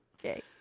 Okay